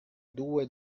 due